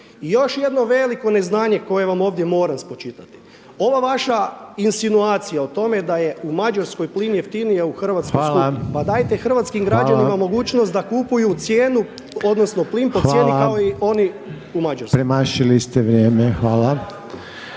I još jedno veliko neznanje koje vam ovdje moram spočitati. Ova vaša insinuacija o tome da je u Mađarskoj plin jeftiniji a u Hrvatskoj skuplji, pa dajte hrvatskim građanima mogućnost da kupuju cijenu odnosno plin po cijeni kao i oni u Mađarskoj. **Reiner, Željko (HDZ)** Hvala.